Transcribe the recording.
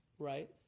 Right